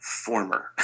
former